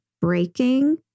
breaking